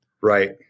Right